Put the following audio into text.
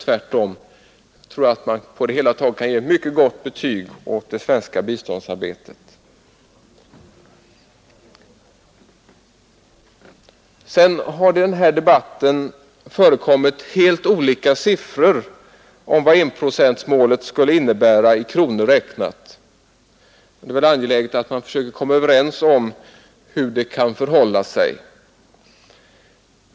Tvärtom tror jag att vi på det hela taget kan ge ett mycket gott betyg åt det svenska biståndsarbetet. I den här debatten har det förekommit helt olika siffror i fråga om vad enprocentsmålet skulle innebära i kronor räknat. Det är väl angeläget att man försöker komma överens om hur det kan förhålla sig.